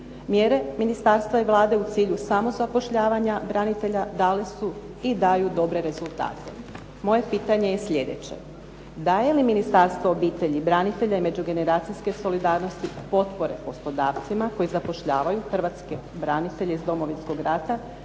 Mjere ministarstva i Vlade u cilju samog zapošljavanja branitelja dale su i daju dobre rezultate. Moje pitanje je sljedeće. Daje li Ministarstvo obitelji, branitelja i međugeneracijske solidarnosti potpore poslodavcima koji zapošljavaju hrvatske branitelje iz Domovinskog rata